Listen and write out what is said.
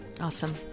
Awesome